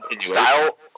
style